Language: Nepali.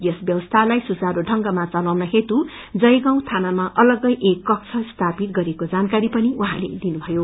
यस व्यवस्थालाई सुचारू ढ़ंगमा चलान हेतु जयगाव थानामा अलग्गै एक कक्ष सीपित गरिएको जानकारी पनि उहाँले दिनुभयो